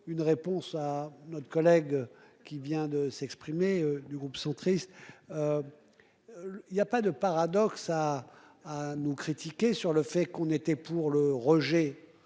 une réponse à notre collègue qui vient de s'exprimer du groupe centriste. Il y a pas de paradoxe à à nous critiquer sur le fait qu'on était pour le rejet.